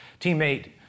teammate